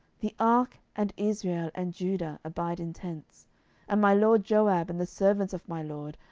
the ark, and israel, and judah, abide in tents and my lord joab, and the servants of my lord,